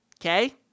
Okay